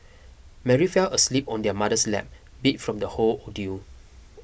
Mary fell asleep on her mother's lap beat from the whole ordeal